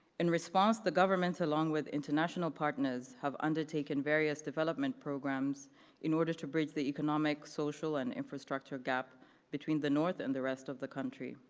in response, the government, along with international partners, have undertaken various development programs in order to bridge the economic, social, and infrastructure gap between the north and the rest of the country.